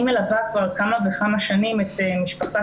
אני מלווה כבר כמה וכמה שנים את משפחתה